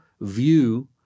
view